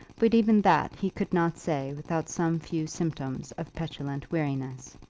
but even that he could not say without some few symptoms of petulant weariness.